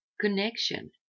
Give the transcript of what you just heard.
connection